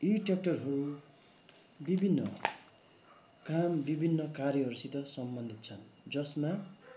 यी ट्य्राक्टरहरू विभिन्न काम विभिन्न कार्यहरूसित सम्बन्धित छन् जसमा